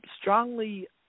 strongly